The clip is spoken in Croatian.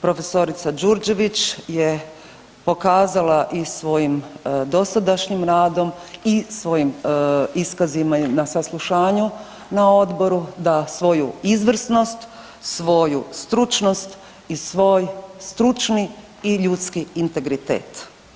Prof. Đurđević je pokazala i svojim dosadašnjim radom i svojim iskazima na saslušanju na odboru da svoju izvrsnost, svoju stručnost i svoj stručni i ljudski integritet.